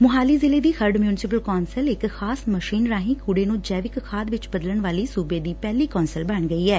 ਮੋਹਾਲੀ ਜ਼ਿਲ੍ਫੇ ਦੀ Kharar municipal council ਇਕ ਖਾਸ ਮਸ਼ੀਨ ਰਾਹੀਂ ਕੂੜੇ ਨੂੰ ਜੈਵਿਕ ਖਾਦ ਚ ਬਦਲਣ ਵਾਲੀ ਸੂਬੇ ਦੀ ਪਹਿਲੀ ਕੌਂਸਲ ਬਣ ਗਈ ਐ